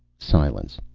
silence.